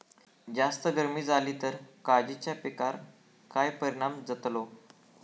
जास्त गर्मी जाली तर काजीच्या पीकार काय परिणाम जतालो?